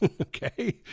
okay